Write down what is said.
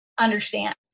understand